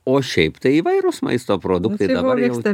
o šiaip tai įvairūs maisto produktai dabar jau